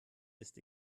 ist